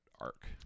arc